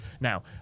Now